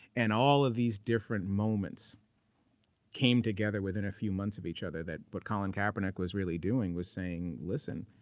and all of these different moments came together within a few months of each other, that what colin kaepernick was really doing was saying, listen,